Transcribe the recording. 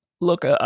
Look